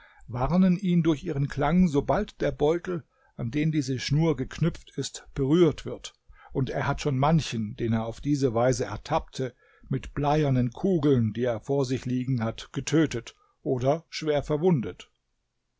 warnen ihn durch ihren klang sobald der beutel an den diese schnur geknüpft ist berührt wird und er hat schon manchen den er auf diese weise ertappte mit bleiernen kugeln die er vor sich liegen hat getötet oder schwer verwundet